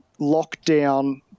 lockdown